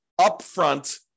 upfront